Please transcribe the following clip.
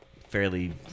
fairly